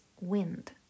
wind